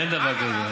אין דבר כזה.